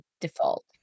default